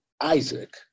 Isaac